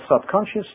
subconscious